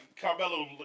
Carmelo